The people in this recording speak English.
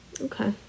okay